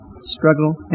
Struggle